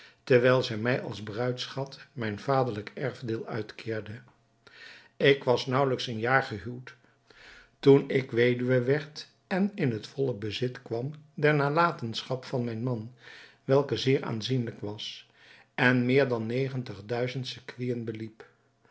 terwijl zij mij als bruidschat mijn vaderlijk erfdeel uitkeerde ik was naauwelijks een jaar gehuwd toen ik weduwe werd en in het volle bezit kwam der nalatenschap van mijn man welke zeer aanzienlijk was en meer dan negentig duizend sequinen beliep